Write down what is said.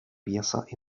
piezas